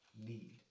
need